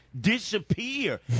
disappear